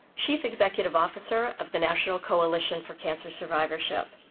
chief executive officer of the national coalition for cancer survivorship.